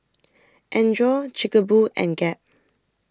Andre Chic Boo and Gap